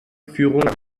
führung